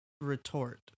retort